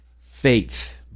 faith